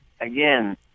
again